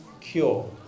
cure